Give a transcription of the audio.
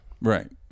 right